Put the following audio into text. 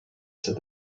said